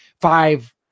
five